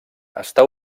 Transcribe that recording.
està